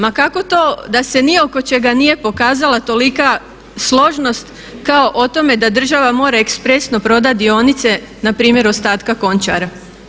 Ma kako to da se ni oko čega nije pokazala tolika složnost kao o tome da država mora ekspresno prodati dionice npr. ostatka Končara?